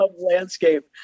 landscape